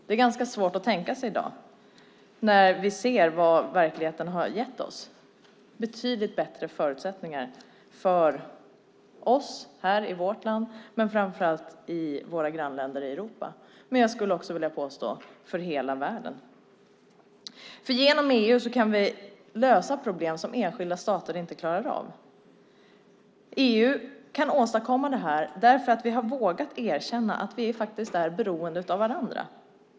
Det är svårt att tänka sig i dag när vi ser vad verkligheten har gett oss, nämligen betydligt bättre förutsättningar för oss här i vårt land, i framför allt våra grannländer i Europa och för hela världen. Genom EU kan vi lösa problem som enskilda stater inte klarar av. EU kan åstadkomma detta därför att vi har vågat erkänna att vi faktiskt är beroende av varandra.